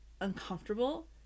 uncomfortable